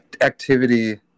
activity